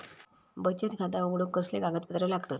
बचत खाता उघडूक कसले कागदपत्र लागतत?